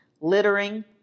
littering